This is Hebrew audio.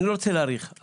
לא אאריך.